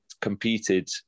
competed